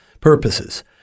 purposes